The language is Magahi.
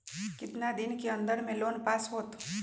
कितना दिन के अन्दर में लोन पास होत?